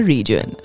Region